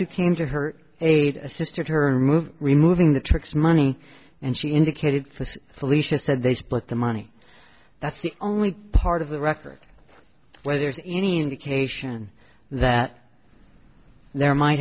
who came to her aid assisted her move removing the turks money and she indicated with felicia said they split the money that's the only part of the record where there's any indication that there might